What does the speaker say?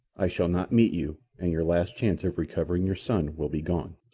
i shall not meet you, and your last chance of recovering your son will be gone.